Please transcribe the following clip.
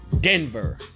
Denver